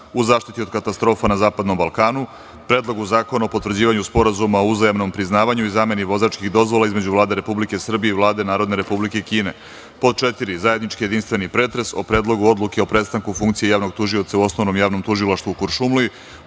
u zaštiti od katastrofa na Zapadnom Balkanu, Predlogu zakona o potvrđivanju Sporazuma o uzajamnom priznavanju i zameni vozačkih dozvola između Vlade Republike Srbije i Vlade Narodne Republike Kine; 4) zajednički jedinstveni pretres o: Predlogu odluke o prestanku funkcije javnog tužioca u Osnovnom javnom tužilaštvu u Kuršumliji,